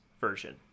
version